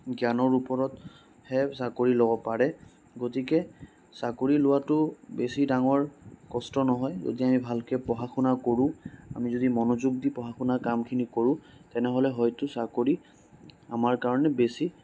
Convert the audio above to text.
জ্ঞানৰ ওপৰতহে চাকৰি ল'ব পাৰে গতিকে চাকৰি লোৱাটো বেছি ডাঙৰ কষ্ট নহয় যদি আমি পঢ়া শুনা কৰোঁ আমি যদি মনোযোগ দি পঢ়া শুনা কামখিনি কৰোঁ তেনেহ'লে হয়তো চাকৰি আমাৰ কাৰণে বেছি